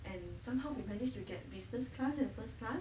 and somehow we managed to get business class and first class